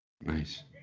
Nice